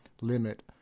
limit